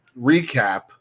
recap